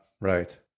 right